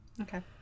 okay